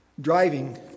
driving